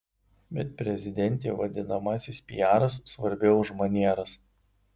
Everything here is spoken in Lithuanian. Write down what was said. bet prezidentei vadinamasis piaras svarbiau už manieras